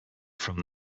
from